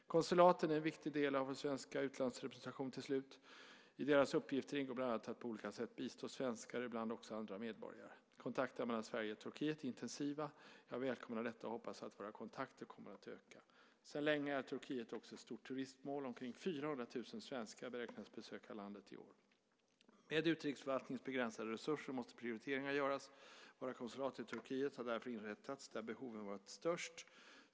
Konsulaten är en viktig del av vår svenska utlandsrepresentation. I deras uppgifter ingår bland annat att på olika sätt bistå svenskar och ibland även andra medborgare. Kontakterna mellan Sverige och Turkiet är intensiva. Jag välkomnar detta och hoppas att våra kontakter fortsätter att öka. Sedan länge är Turkiet också ett stort turistmål. Omkring 400 000 svenskar beräknas besöka landet i år. Med utrikesförvaltningens begränsade resurser måste prioriteringar göras. Våra konsulat i Turkiet har därför inrättats där behoven varit allra störst.